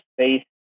space